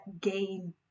gain